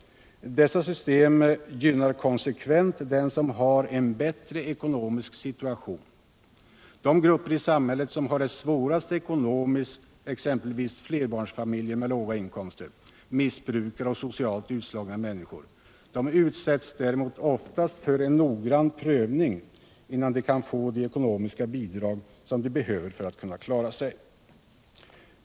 Detta system gynnar konsekvent den som har en bättre ekonomisk situation. De grupper i samhället som har det svårast ekonomiskt — exempelvis flerbarnsfamiljer med låga inkomster, missbrukare och socialt utslagna människor — utsätts däremot oftast för en noggrann prövning innan de kan få de ekonomiska bidrag som de behöver för att kunna klara sig.